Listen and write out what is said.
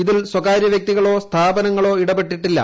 ഇതിൽ സ്വകാര്യ വ്യക്തികളോ സ്ഥാപനങ്ങളോ ഇടപെട്ടിട്ടില്ല